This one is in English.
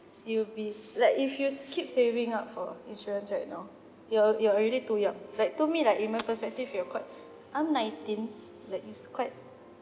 you'll be like if you keep saving up for insurance right now you're you're already too young like to me like in my perspective you are quite I'm nineteen that is quite